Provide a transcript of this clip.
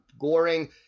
Goring